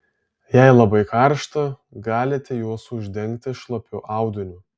jei labai karšta galite juos uždengti šlapiu audiniu